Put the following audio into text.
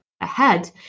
ahead